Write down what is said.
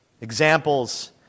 Examples